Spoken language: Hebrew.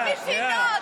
לא מבינות.